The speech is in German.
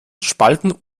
spalten